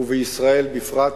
ובישראל בפרט,